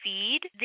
feed